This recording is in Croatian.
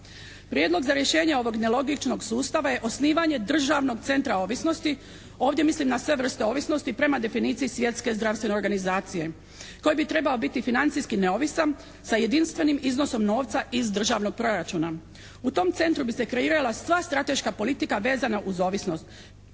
Prijedlog za rješenje ovog nelogičnog sustava je osnivanje državnog centra ovisnosti, ovdje mislim na sve vrste ovisnosti prema definiciji Svjetske zdravstvene organizacije koje bi trebalo biti financijski neovisan sa jedinstvenim iznos om novca iz državnog proračuna. U tom centru bi se kreirala sva strateška politika vezana uz ovisnost,